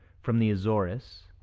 from the azores